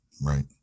right